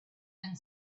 and